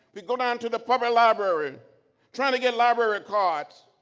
we go down to the public library trying to get library cards!